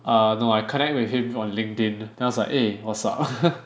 err no I connect with him from Linkedin then I was like eh what's up